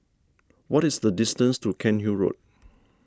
what is the distance to Cairnhill Road